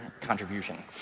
contribution